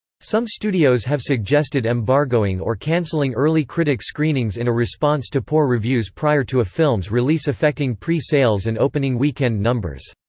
some studios have suggested embargoing or cancelling early critic screenings in a response to poor reviews prior to a film's release affecting pre-sales and opening weekend numbers.